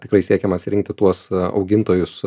tikrai siekiama atsirinkti tuos augintojus